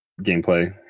gameplay